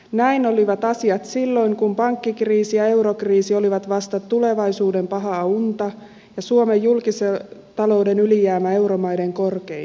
näin olivat asiat silloin kun pankkikriisi ja eurokriisi olivat vasta tulevaisuuden pahaa unta ja suomen julkisen talouden ylijäämä euromaiden korkeimpia